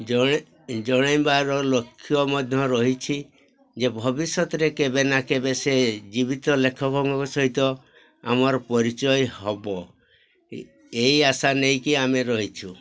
ଜଣେ ଜଣାଇବାର ଲକ୍ଷ୍ୟ ମଧ୍ୟ ରହିଛି ଯେ ଭବିଷ୍ୟତରେ କେବେ ନା କେବେ ସେ ଜୀବିତ ଲେଖକଙ୍କ ସହିତ ଆମର ପରିଚୟ ହବ ଏଇ ଆଶା ନେଇକି ଆମେ ରହିଛୁ